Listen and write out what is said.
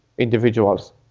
individuals